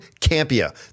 CAMPIA